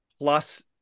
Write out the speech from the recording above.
plus